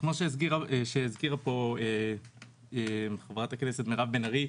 כמו שהזכירה פה חברת הכנסת מירב בן ארי,